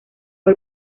fue